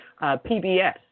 PBS